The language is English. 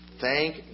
thank